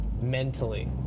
mentally